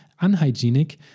unhygienic